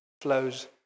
flows